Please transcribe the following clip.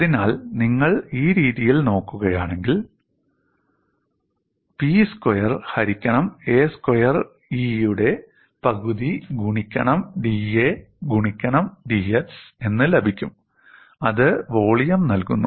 അതിനാൽ നിങ്ങൾ ഈ രീതിയിൽ നോക്കുകയാണെങ്കിൽ 'P സ്ക്വയർ ഹരിക്കണം A സ്ക്വയേർഡ് E' യുടെ പകുതി ഗുണിക്കണം dA ഗുണിക്കണം dx എന്ന് ലഭിക്കും അത് വോളിയം നൽകുന്നു